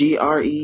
GRE